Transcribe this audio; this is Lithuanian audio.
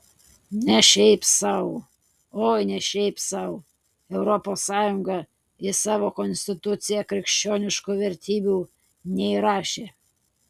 ne šiaip sau oi ne šiaip sau europos sąjunga į savo konstituciją krikščioniškų vertybių neįrašė